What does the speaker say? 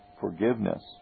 forgiveness